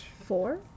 four